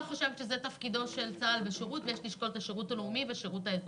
חושבת שזה תפקידו של צה"ל אלא של השירות הלאומי והשירות האזרחי.